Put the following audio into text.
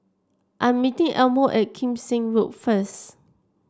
I'm meeting Elmo at Kim Seng Road first